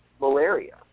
malaria